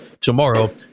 tomorrow